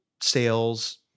sales